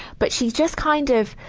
but, she just kind of,